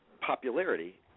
popularity